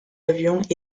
avions